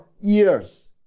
years